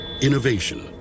Innovation